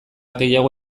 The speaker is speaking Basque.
gehiago